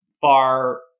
far